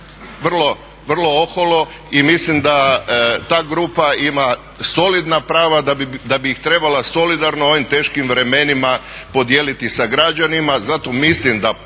Vrlo oholo i mislim da ta grupa ima solidna prava da bi ih trebala solidarno u ovim teškim vremenima podijeliti sa građanima.